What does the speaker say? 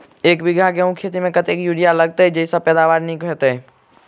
एक बीघा गेंहूँ खेती मे कतेक यूरिया लागतै जयसँ पैदावार नीक हेतइ?